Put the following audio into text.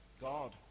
God